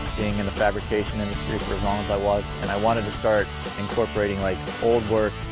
being in the fabrication industry for long as i was and i wanted to start incorporating like old work.